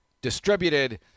distributed